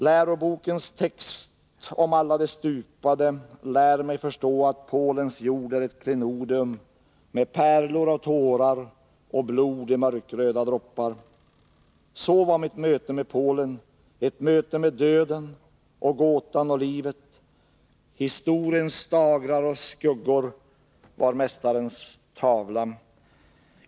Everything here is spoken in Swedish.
Läxbokens text om alla de stupade lät mig förstå att Polens jord är ett klenodium med pärlor av tårar och blod i mörkröda droppar. Så var mitt möte med Polen ett möte med döden och gåtan och livet — historiens dagrar och skuggor var mästarens tavla.